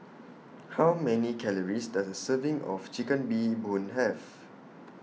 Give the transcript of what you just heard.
How Many Calories Does A Serving of Chicken Bee Boon Have